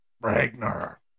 Ragnar